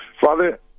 Father